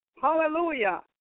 Hallelujah